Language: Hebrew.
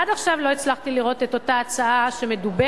עד עכשיו לא הצלחתי לראות את אותה הצעה מדוברת,